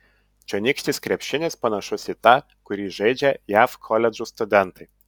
čionykštis krepšinis panašus į tą kurį žaidžia jav koledžų studentai